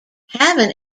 having